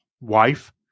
wife